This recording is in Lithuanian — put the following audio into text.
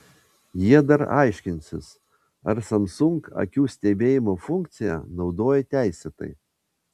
jie dar aiškinsis ar samsung akių stebėjimo funkciją naudoja teisėtai